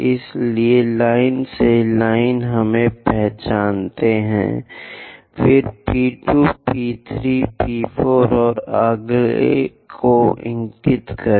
इसलिए लाइन से लाइन हम पहचानते हैं नाक फिर P 2 P 3 P 4 और अगले को इंगित करें